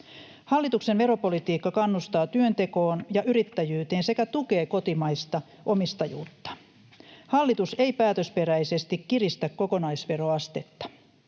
Hallituksen veropolitiikka kannustaa työntekoon ja yrittäjyyteen sekä tukee kotimaista omistajuutta. Hallitus ei päätösperäisesti kiristä kokonaisveroastetta.